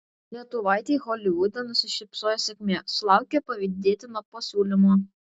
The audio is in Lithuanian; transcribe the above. lietuvaitei holivude nusišypsojo sėkmė sulaukė pavydėtino pasiūlymo